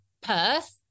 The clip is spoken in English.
Perth